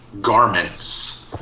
garments